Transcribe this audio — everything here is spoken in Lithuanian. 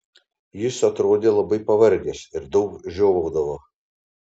jis atrodė labai pavargęs ir daug žiovaudavo